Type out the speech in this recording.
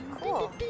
Cool